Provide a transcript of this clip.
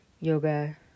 yoga